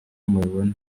mubibona